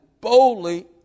boldly